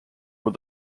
were